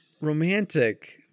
romantic